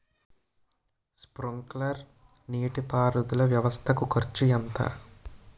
Sprinkler నీటిపారుదల వ్వవస్థ కు ఖర్చు ఎంత?